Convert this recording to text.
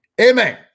Amen